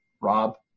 Rob